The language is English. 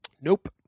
Nope